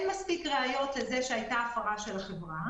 מספיק ראיות לזה שהייתה הפרה של החברה,